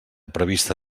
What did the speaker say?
prevista